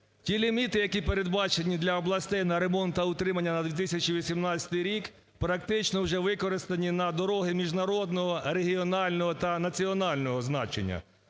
Ті ліміти, які передбачені для областей на ремонт та утримання на 2018 рік, практично вже використані на дороги міжнародного, регіонального та національного значення.